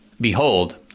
behold